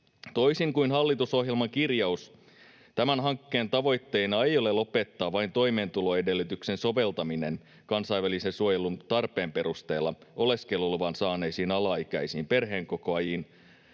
Toisin kuin hallitusohjelman kirjauksen, tämän hankkeen tavoitteena ei ole vain lopettaa toimeentuloedellytyksen soveltamista kansainvälisen suojelun tarpeen perusteella oleskeluluvan saaneisiin alaikäisiin perheen kokoajiin,